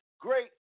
great